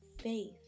faith